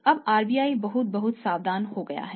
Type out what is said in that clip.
अब RBI बहुत बहुत सावधान हो गया है